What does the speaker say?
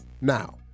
Now